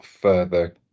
further